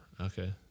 Okay